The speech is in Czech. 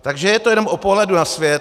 Takže je to jenom o pohledu na svět.